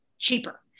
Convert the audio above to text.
cheaper